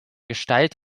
gestalt